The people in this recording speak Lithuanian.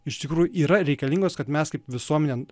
iš tikrųjų yra reikalingos kad mes kaip visuomenė